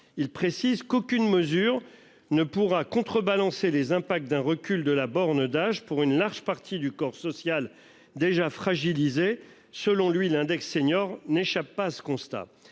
Il précise qu'aucune mesure ne pourra contrebalancer les impacts d'un recul de la borne d'âge pour une large partie du corps social déjà fragilisé. Selon lui, l'index senior n'échappe pas à ce constat,